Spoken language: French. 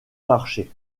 marché